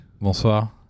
Bonsoir